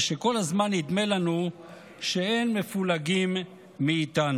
ושכל הזמן נדמה לנו שאין מפולגים מאיתנו.